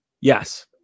Yes